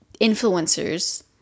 influencers